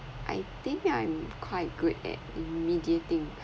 I think I'm quite good at mediating